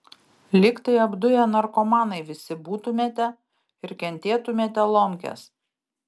lyg tai apduję narkomanai visi būtumėte ir kentėtumėte lomkes